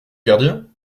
gardien